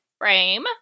frame